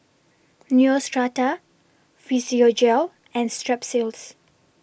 Neostrata Physiogel and Strepsils